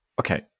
Okay